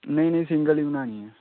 नेईं नेईं सिंगल गै बनानी ऐ